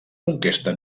conquesta